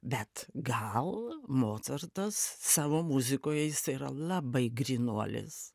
bet gal mocartas savo muzikoje jisai yra labai grynuolis